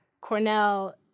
Cornell